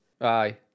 Aye